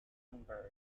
muhlenberg